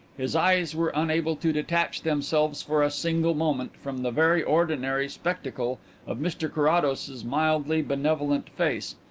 his eyes were unable to detach themselves for a single moment from the very ordinary spectacle of mr carrados's mildly benevolent face,